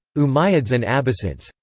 umayyads and abbasids.